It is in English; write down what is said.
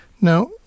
Now